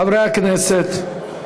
חברי הכנסת.